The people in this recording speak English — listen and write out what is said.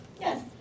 Yes